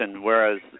Whereas